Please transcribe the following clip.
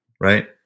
right